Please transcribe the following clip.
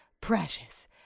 precious